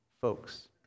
folks